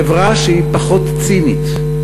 חברה שהיא פחות צינית,